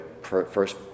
first